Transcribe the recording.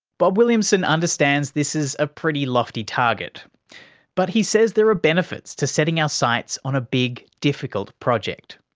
bob williamson understands this is a pretty lofty target but he says there are benefits to setting our sights on a big, difficult project.